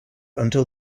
until